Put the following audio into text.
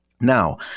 Now